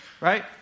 Right